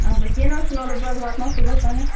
ادِ کینٛہہ نہ حظ چھُ نہٕ بہٕ حظ واتناوٕ صُبحَس تانیٚتھ